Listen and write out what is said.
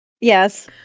Yes